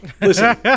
listen